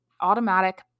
automatic